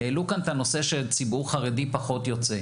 העלו כאן את הנושא שציבור חרדי פחות יוצא.